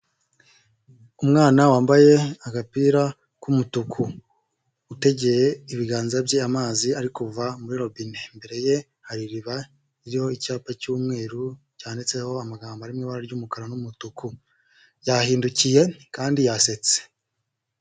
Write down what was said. Umwana wambaye agapira k'umutuku utegeye ibiganza bye amazi ari kuva muri robine, imbere ye hari iriba ririho icyapa cy'umweru cyanditseho amagambo ari mu ibara ry'umukara n'umutuku, yahindukiye kandi yasetse.